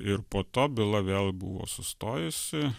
ir po to byla vėl buvo sustojusi